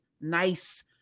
nice